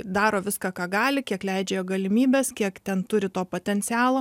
daro viską ką gali kiek leidžia jo galimybės kiek ten turi to potencialo